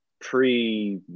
Pre